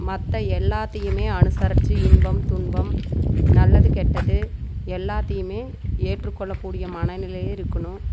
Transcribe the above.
மற்ற எல்லாத்தையும் அனுசரிச்சி இன்பம் துன்பம் நல்லது கெட்டது எல்லாத்தையும் ஏற்றுக்கொள்ளக்கூடிய மனநிலையும் இருக்கணும்